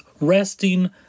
resting